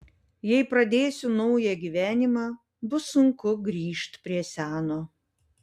jei pradėsiu naują gyvenimą bus sunku grįžt prie seno